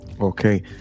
okay